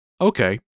Okay